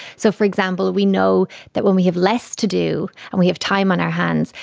so, for example, we know that when we have less to do and we have time on our hands,